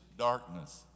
Darkness